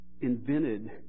invented